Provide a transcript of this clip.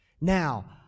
Now